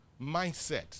Mindset